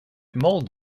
mold